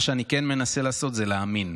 מה שאני כן מנסה לעשות זה להאמין,